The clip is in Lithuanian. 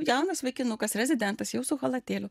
jaunas vaikinukas rezidentas jau su chalatėliu